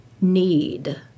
need